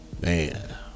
Man